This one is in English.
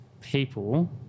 people